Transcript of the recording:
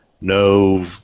No